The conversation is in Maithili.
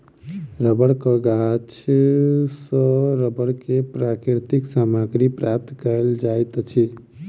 रबड़क गाछ सॅ रबड़ के प्राकृतिक सामग्री प्राप्त कयल जाइत अछि